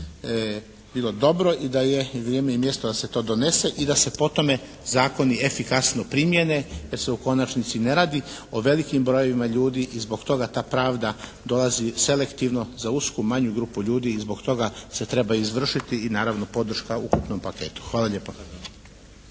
da je bilo dobro i da je vrijeme i mjesto da se to donese i da se po tome zakoni efikasno primijene jer se u konačnici ne radi o velikim brojevima ljudi i zbog toga ta pravda dolazi selektivno za usku manju grupu ljudi i zbog toga se treba izvršiti. I naravno, podrška ukupnom paketu. Hvala lijepa.